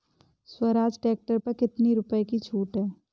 Swaraj tractor पर कितनी रुपये की छूट है?